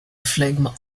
flegme